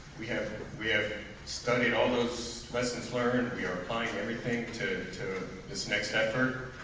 we have we have studied all those lessons learned we are applying everything to to this next effort.